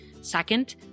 Second